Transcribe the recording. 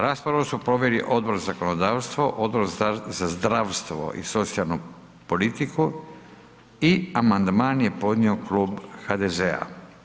Raspravu su proveli Odbor za zakonodavstvo, Odbor za zdravstvo i socijalnu politiku i amandman je podnio klub HDZ-a.